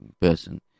person